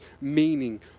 meaning